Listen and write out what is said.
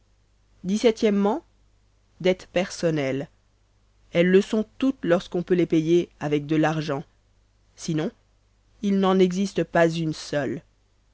o dette personnelle elles le sont toutes lorsqu'on peut les payer avec de l'argent sinon il n'en existe pas une seule